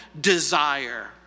desire